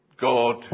God